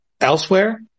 elsewhere